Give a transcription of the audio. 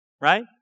right